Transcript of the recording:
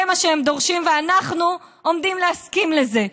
זה מה שהם דורשים, ואנחנו עומדים להסכים לזה,